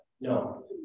No